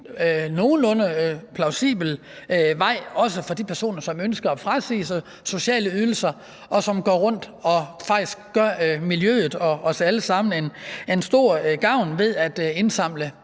nogenlunde plausibel vej, også for de personer, som ønsker at frasige sig sociale ydelser, og som går rundt og faktisk gør miljøet og os alle sammen stor gavn ved at indsamle